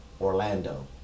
Orlando